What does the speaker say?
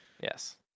Yes